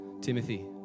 Timothy